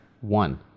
one